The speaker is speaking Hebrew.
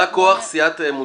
בא כוח סיעת אמונים.